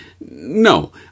No